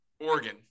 Oregon